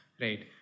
right